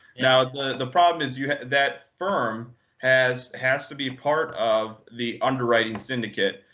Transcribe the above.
now the the problem is yeah that firm has has to be part of the underwriting syndicate.